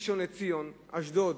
ראשון-לציון ואשדוד